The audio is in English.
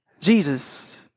Jesus